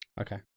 Okay